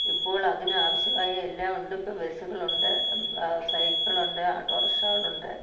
ഇപ്പോൾ അതിന് ആവശ്യമായ എല്ലാമുണ്ട് ഇപ്പോള് ബസ്സുകൾ ഉണ്ട് സൈക്കിളുണ്ട് ഓട്ടോറിക്ഷകളുണ്ട്